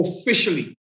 officially